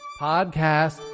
podcast